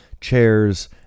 chairs